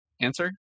answer